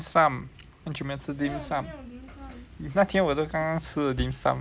很久没有吃 dimsum if 那天我都刚刚吃了 dimsum